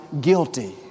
guilty